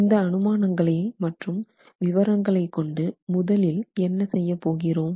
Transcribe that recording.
இந்த அனுமானங்களை மற்றும் விவரங்களை கொண்டு முதலில் என்ன செய்யப்போகிறோம்